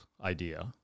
idea